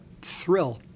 thrill